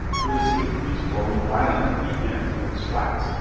with a sea breeze blowing violently in through the slats,